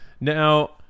Now